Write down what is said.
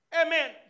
amen